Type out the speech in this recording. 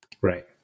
Right